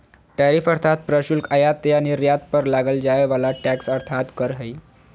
tariff अर्थात् प्रशुल्क आयात या निर्यात पर लगाल जाय वला टैक्स अर्थात् कर हइ